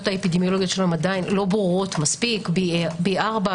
האפידמיולוגיות שלהם עדיין לא ברורות מספיק - B4,